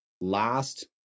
last